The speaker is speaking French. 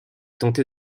tenté